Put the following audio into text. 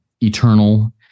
eternal